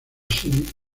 city